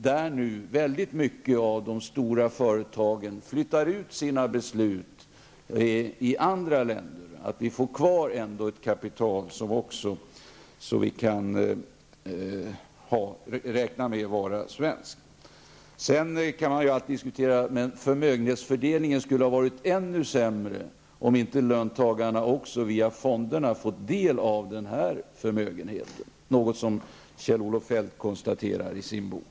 När så många företag nu flyttar ut sina beslut till andra länder, är det viktigt att ha ett kapital som kan bidra till att företag stannar kvar i landet. Man kan alltid diskutera om förmögenhetsfördelningen skulle ha varit ännu sämre om inte löntagarna fått del av den här förmögenheten via fonderna. Det är något som Kjell-Olof Feldt konstaterar i sin bok.